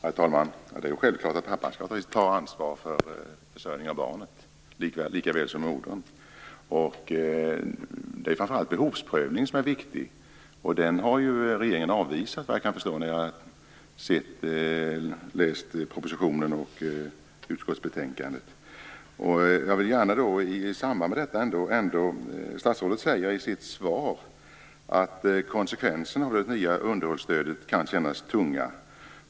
Herr talman! Det är självklart att pappan skall ta ansvar för försörjningen av barnet, lika väl som mamman. Det är framför allt behovsprövningen som är viktig, och den har regeringen avvisat, enligt vad jag kan förstå när jag läser propositionen och utskottsbetänkandet. Statsrådet säger i sitt svar att "konsekvenserna av det nya underhållsstödet kan kännas tunga".